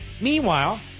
Meanwhile